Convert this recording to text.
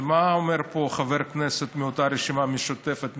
מה אומר פה חבר כנסת מאותה רשימה משותפת?